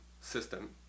system